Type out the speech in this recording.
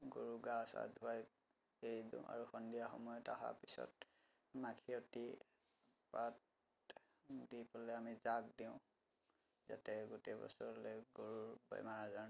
গৰু গা চা ধোৱাই এৰি দিওঁ আৰু সন্ধিয়া সময়ত অহাৰ পিছত মাখিয়তি পাত দি পেলাই আমি যাগ দিওঁ যাতে গোটেই বছৰলৈ গৰুৰ বেমাৰ আজাৰ নহয়